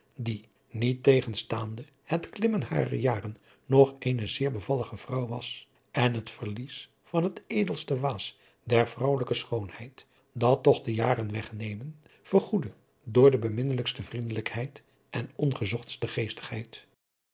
die niettegenstaande het klimmen harer jaren nog eene zeer bevallige vrouw was en het verlies van het edelste waas der vrouwelijke schoonheid dat toch de jaren wegnemen vergoedde door de beminnelijkste vriendelijkheid en ongezochtste geestigheid